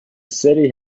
city